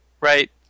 right